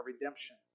redemption